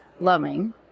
loving